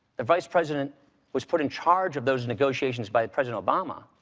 the vice president was put in charge of those negotiations by president obama,